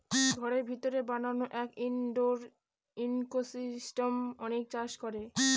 ঘরের ভিতরে বানানো এক ইনডোর ইকোসিস্টেম অনেকে চাষ করে